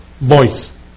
voice